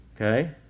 Okay